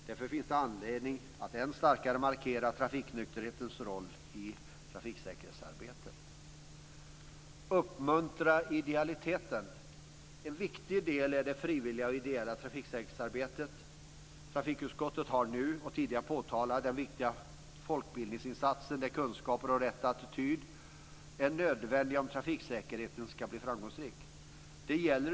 Därför finns det anledning att ännu starkare markera trafiknykterhetens roll i trafiksäkerhetsarbetet. Det gäller att uppmuntra idealiteten. En viktig del är det frivilliga och ideella trafiksäkerhetsarbetet. Trafikutskottet har både nu och tidigare påtalat den viktiga folkbildningsinsats där kunskaper och rätt attityd är nödvändigt för att trafiksäkerheten ska bli framgångsrik.